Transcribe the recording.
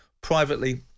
privately